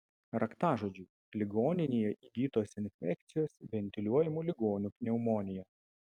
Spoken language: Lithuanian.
raktažodžiai ligoninėje įgytos infekcijos ventiliuojamų ligonių pneumonija